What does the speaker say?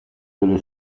delle